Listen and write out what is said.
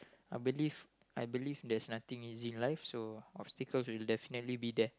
I believe I believe there is nothing easy in life so obstacles will definitely be there